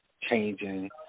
changing